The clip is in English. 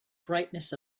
brightness